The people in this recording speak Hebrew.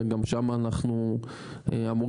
וגם שם אנחנו אמורים,